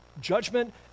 judgment